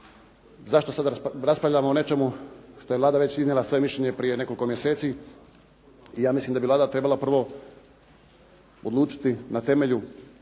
zašto sada raspravljamo o nečemu što je Vlada već iznijela svoje mišljenje prije nekoliko mjeseci. Ja mislim da bi Vlada trebala prvo odlučiti na temelju,